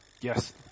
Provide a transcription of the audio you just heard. Yes